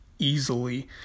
easily